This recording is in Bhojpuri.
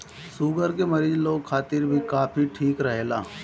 शुगर के मरीज लोग खातिर भी कॉफ़ी ठीक रहेला